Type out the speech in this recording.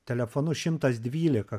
telefonu šimtas dvylika